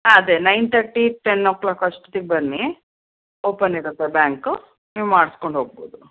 ಹಾಂ ಅದೇ nine thirty ten o'clock ಅಷ್ಟೊತ್ತಿಗೆ ಬನ್ನಿ ಓಪನ್ ಇರತ್ತೆ ಬ್ಯಾಂಕು ನೀವು ಮಾಡಿಸಿಕೊಂಡು ಹೋಗ್ಬೋದು